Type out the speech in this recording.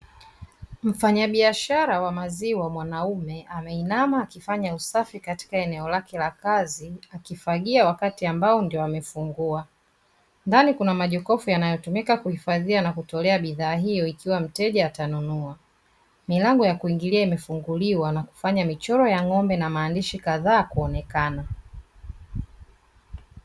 Mfanyabiashara wa maziwa mwanaume ameinama akifanya usafi katika eneo lake la kazi akifagia wakati ambao ndio amefungua, ndani kuna majokofu yanayotumika kuhifadhia na kutolea bidhaa hiyo ikiwa mteja atanunua, milango ya kuingilia imefunguliwa na kufanya michoro ya ng'ombe na maandishi kadhaa kuonekana.